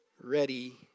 ready